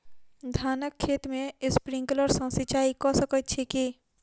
धानक खेत मे स्प्रिंकलर सँ सिंचाईं कऽ सकैत छी की?